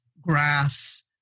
graphs